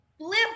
flip